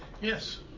Yes